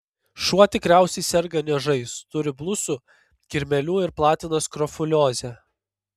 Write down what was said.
šuo tikriausiai serga niežais turi blusų kirmėlių ir platina skrofuliozę